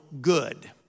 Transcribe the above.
good